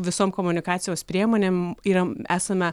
visom komunikacijos priemonėm yra esame